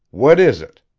what is it?